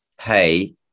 Hey